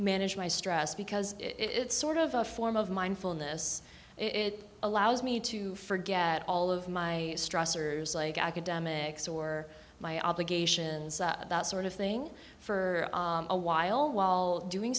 manage my stress because it's sort of a form of mindfulness it allows me to forget all of my stressors like academics or my obligations that sort of thing for a while while doing